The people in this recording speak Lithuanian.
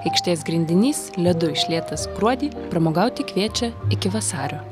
aikštės grindinys ledu išlietas gruodį pramogauti kviečia iki vasario